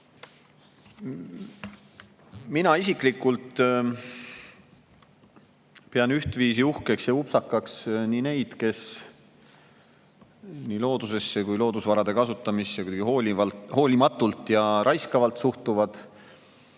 isiklikult pean ühtviisi uhkeks ja upsakaks nii neid, kes nii loodusesse kui ka loodusvarade kasutamisse hoolimatult ja raiskavalt suhtuvad,